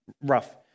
rough